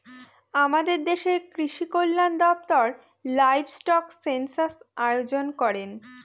আমাদের দেশের কৃষিকল্যান দপ্তর লাইভস্টক সেনসাস আয়োজন করেন